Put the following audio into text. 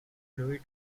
fluid